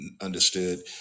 understood